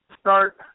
start